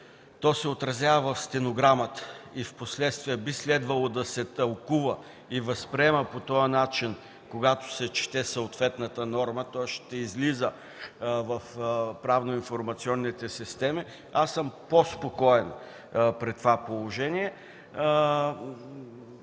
то се отразява в стенограмата и впоследствие би следвало да се тълкува и възприема по този начин, когато се чете съответната норма, ще излиза в правно-информационните системи – аз съм по-спокоен при това положение.